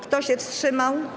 Kto się wstrzymał?